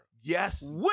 Yes